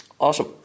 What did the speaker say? Awesome